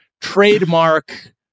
Trademark